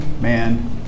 man